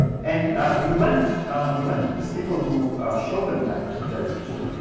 and we went we went to the skipper who showed them that that picture,